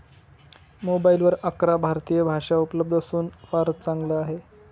मोबाईलवर अकरा भारतीय भाषा उपलब्ध असून हे फारच चांगल आहे